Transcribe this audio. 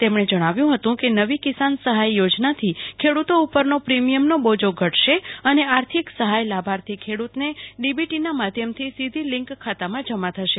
તેમણે જણાવ્યુ હતું કે નવી કિસાન સહાય યોજનાથી ખેડુતો ઉપરનો પ્રીમિયમનો બોજો ઘટશે અને આર્થિક સફાય લાભાર્થી ખેડુતેને ડીબિટીના માધ્યમથી સીધી બેન્ક ખાતામાં જમા થશે